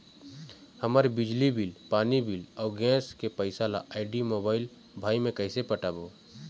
हमर बिजली बिल, पानी बिल, अऊ गैस के पैसा ला आईडी, मोबाइल, भाई मे कइसे पटाबो?